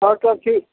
आओर सब ठीक